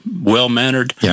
well-mannered